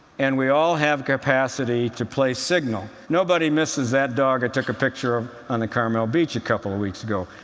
and we all have capacity to play signal. nobody misses that dog i took a picture of on a carmel beach a couple of weeks ago.